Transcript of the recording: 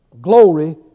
Glory